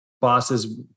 bosses